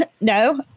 No